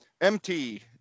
mt